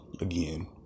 again